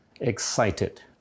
excited